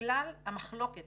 בגלל המחלוקת